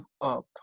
up